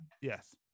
Yes